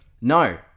no